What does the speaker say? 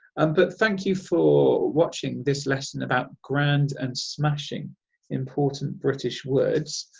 um but thank you for watching this lesson about grand and smashing important british words.